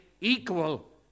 equal